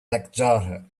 lekrjahre